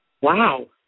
Wow